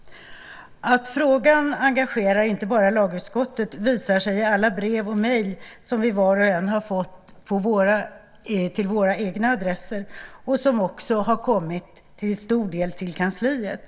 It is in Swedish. Att frågan engagerar inte bara lagutskottet visar sig i alla brev och mejl som vi var och en har fått till våra egna adresser och som också till stor del har kommit till kansliet.